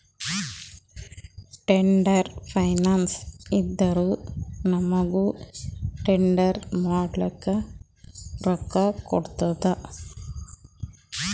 trade finance ಇದ್ದುರ ನಮೂಗ್ trade ಮಾಡ್ಲಕ ರೊಕ್ಕಾ ಕೋಡ್ತುದ